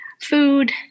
food